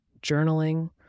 journaling